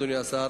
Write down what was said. אדוני השר,